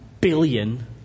billion